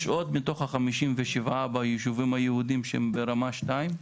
יש עוד מתוך החמישים ושבעה מהישובים היהודים שהם ברמה שתיים?